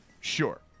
Sure